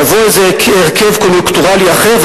יבוא איזה הרכב קוניונקטורלי אחר,